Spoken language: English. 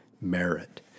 merit